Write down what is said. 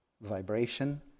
vibration